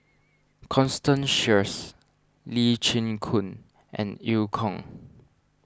Constance Sheares Lee Chin Koon and Eu Kong